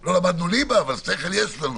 לא למדנו ליבה, אבל שכל יש לנו.